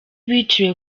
biciwe